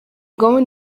going